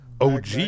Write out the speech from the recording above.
OG